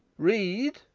read.